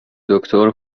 دکتر